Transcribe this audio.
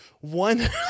one